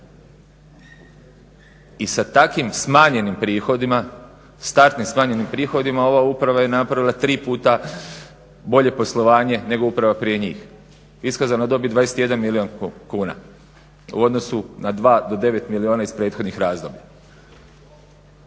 I sa takim smanjenim prihodima, startnim smanjenim prihodima ova uprava je napravila tri puta bolje poslovanje, nego uprava prije njih. Iskazana dobit 21 milijun kuna u odnosu na 2 do 9 milijuna iz prethodnih razdoblja.